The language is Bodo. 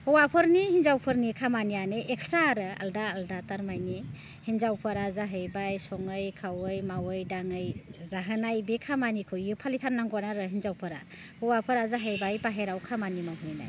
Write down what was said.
हौवाफोरनि हिन्जावफोरनि खमानियानो एक्स्ट्रा आरो आलदा आलदा थारमानि हिन्जावफोरा जाहैबाय सङै खावै मावै दाङै जाहोनाय बे खामानिखौ बेयो फालिथारनांगौ आरो हिन्जावफोरा हौवाफोरा जाहैबाय बाहेरायाव खामानि मावहैनाय